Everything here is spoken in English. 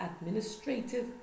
administrative